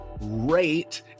rate